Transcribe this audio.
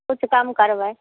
किछु कम करबै